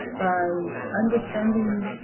by understanding.